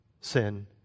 Sin